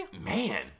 Man